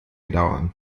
dauern